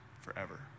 forever